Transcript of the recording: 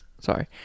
Sorry